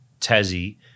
Tassie